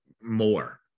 more